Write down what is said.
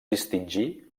distingí